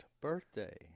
birthday